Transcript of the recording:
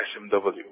SMW